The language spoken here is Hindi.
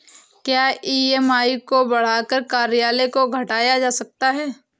क्या ई.एम.आई को बढ़ाकर कार्यकाल को घटाया जा सकता है?